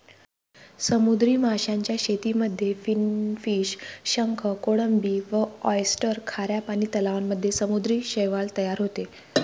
समुद्री माशांच्या शेतीमध्ये फिनफिश, शंख, कोळंबी व ऑयस्टर, खाऱ्या पानी तलावांमध्ये समुद्री शैवाल तयार होते